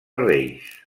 reis